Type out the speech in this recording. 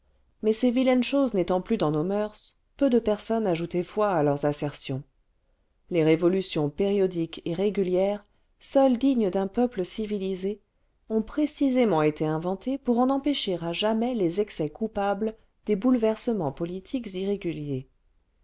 mais ces vilaines choses n'étant plus dans nos moeurs peu de personnes ajoutaient foi à leurs assertions les révolutions périodiques et régulières seules dignes d'un peuple civilisé le vingtième siècle ont précisément été inventées pour en empêcher à jamais les excès coupables des bouleversements politiques irréguliers